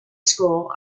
school